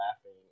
Laughing